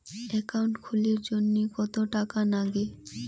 Account খুলির জন্যে কত টাকা নাগে?